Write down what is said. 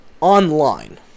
Online